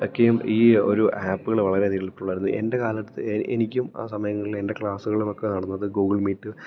ഒക്കെയും ഈ ഒരു ആപ്പുകള് വളരയധികം ഹെൽപ്ഫുള്ളായിരുന്നു എൻ്റെ കാലഘട്ടത്തില് എനിക്കും ആ സമയങ്ങളിൽ എൻ്റെ ക്ലാസുകളുമൊക്കെ നടുന്നത് ഗൂഗിൾ മീറ്റ്